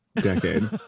decade